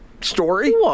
story